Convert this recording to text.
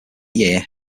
year